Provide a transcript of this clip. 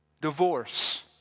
Divorce